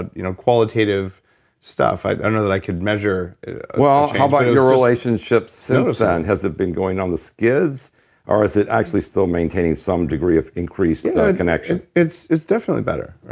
ah you know, qualitative stuff. i don't know that i could measure it well, how about your relationship since then? has it been going on the skids or is it actually still maintaining some degree of increased connection? it's it's definitely better.